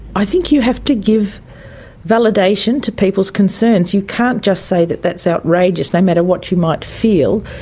i think you have to give validation to people's concerns. you can't just say that that's outrageous, no matter what you might feel.